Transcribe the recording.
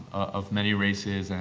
of many races, and